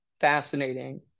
fascinating